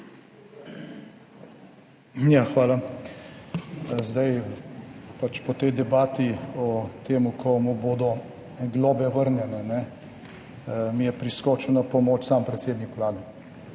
Hvala. Zdaj, po tej debati o tem, komu bodo globe vrnjene, mi je priskočil na pomoč sam predsednik Vlade.